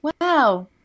Wow